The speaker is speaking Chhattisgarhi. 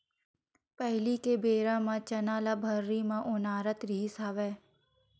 पहिली के बेरा म चना ल भर्री म ओनारत रिहिस हवय